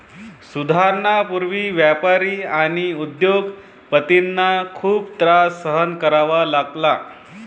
सुधारणांपूर्वी व्यापारी आणि उद्योग पतींना खूप त्रास सहन करावा लागला